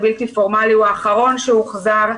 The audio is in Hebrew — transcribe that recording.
הבלתי פורמלי היה האחרון שהוחזר,